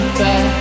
back